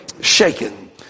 shaken